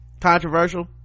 Controversial